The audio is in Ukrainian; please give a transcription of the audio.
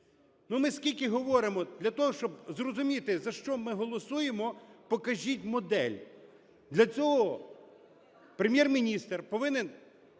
Ми скільки говоримо для того, щоб зрозуміти, за що ми голосуємо, покажіть модель. Для цього Прем'єр-міністр повинен